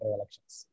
elections